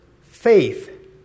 Faith